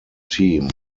team